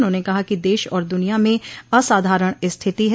उन्होंने कहा कि देश और द्रनिया में असाधारण स्थिति है